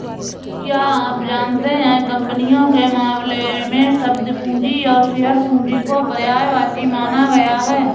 क्या आप जानते है कंपनियों के मामले में, शब्द पूंजी और शेयर पूंजी को पर्यायवाची माना गया है?